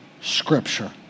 Scripture